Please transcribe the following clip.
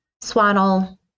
swaddle